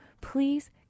Please